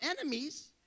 enemies